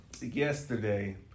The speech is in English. yesterday